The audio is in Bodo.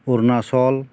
अरुनासल